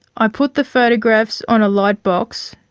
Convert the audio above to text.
i put the photographs on a light box,